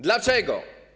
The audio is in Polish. Dlaczego?